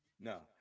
no